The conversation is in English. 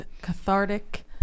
cathartic